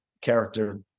character